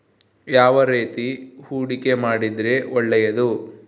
ಯಾವ ರೇತಿ ಹೂಡಿಕೆ ಮಾಡಿದ್ರೆ ಒಳ್ಳೆಯದು?